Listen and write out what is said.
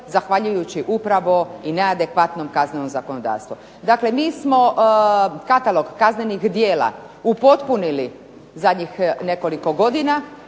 zahvaljujući upravo i neadekvatnom kaznenom zakonodavstvu. Dakle, mi smo katalog kaznenih djela upotpunili zadnjih nekoliko godina,